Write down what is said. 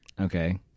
Okay